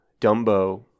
Dumbo